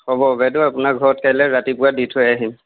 হ'ব বাইদেউ আপোনাৰ ঘৰত কাইলৈ ৰাতিপুৱা দি থৈ আহিম